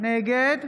נגד